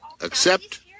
Accept